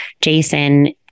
Jason